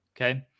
Okay